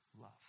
love